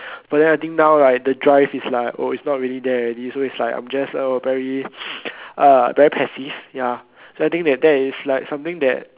but then I think now like the drive is like oh it's not really there already so it's like I'm just oh very uh very passive ya so I think that that is like something that